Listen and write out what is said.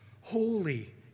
holy